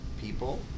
people